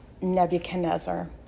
Nebuchadnezzar